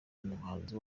umuhanzi